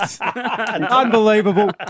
Unbelievable